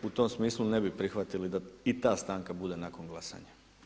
U tom smislu ne bi prihvatili da i ta stanka bude nakon glasanja.